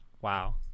Wow